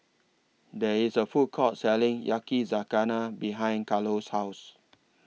There IS A Food Court Selling Yakizakana behind Carlo's House